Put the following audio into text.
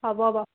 হ'ব হ'ব